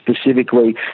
specifically